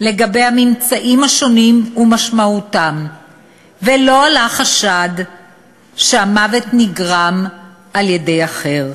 לגבי הממצאים השונים ומשמעותם ולא עלה חשד שהמוות נגרם על-ידי אחר".